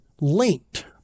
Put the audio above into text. linked